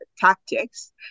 tactics